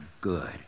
good